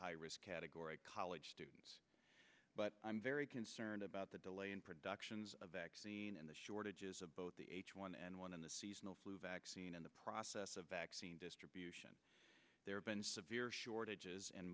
high risk category college students but i'm very concerned about the delay in productions a vaccine and the shortages of both the h one n one and the seasonal flu vaccine in the process of vaccine distribution there have been severe shortages in